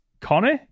Connie